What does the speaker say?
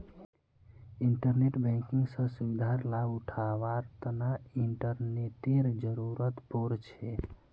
internet banking स सुविधार लाभ उठावार तना इंटरनेटेर जरुरत पोर छे